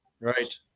Right